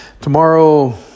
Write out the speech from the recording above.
tomorrow